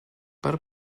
per